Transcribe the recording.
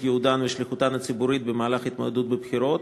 ייעודן ואת שליחותן הציבורית במהלך התמודדות בבחירות.